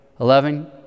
Eleven